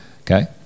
Okay